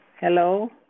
Hello